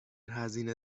هزینه